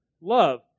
love